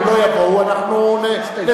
אם הם לא יבואו אנחנו נצלצל,